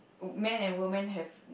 man and woman have